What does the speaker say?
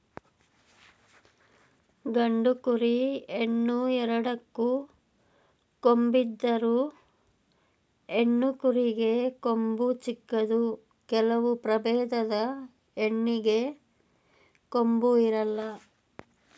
ಗಂಡು ಕುರಿ, ಹೆಣ್ಣು ಎರಡಕ್ಕೂ ಕೊಂಬಿದ್ದರು, ಹೆಣ್ಣು ಕುರಿಗೆ ಕೊಂಬು ಚಿಕ್ಕದು ಕೆಲವು ಪ್ರಭೇದದ ಹೆಣ್ಣಿಗೆ ಕೊಂಬು ಇರಲ್ಲ